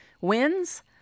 wins